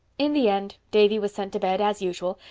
in the end davy was sent to bed, as usual,